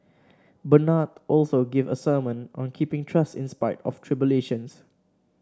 Bernard also gave a sermon on keeping trust in spite of tribulations